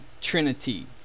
Trinity